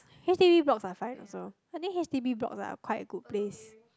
H_D_B blocks are fine also I think H_D_B blocks are quite a good place